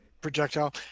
Projectile